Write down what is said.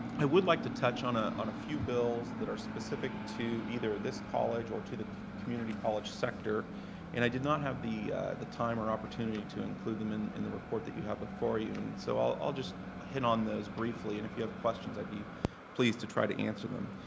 i would like to touch on ah on a few bills that are specific to either this college or to the community college sector and i did not have the the time or opportunity to include them in in the report that you have before you and so i'll just hit on those briefly. and if you have questions, i'd be pleased to try to answer them.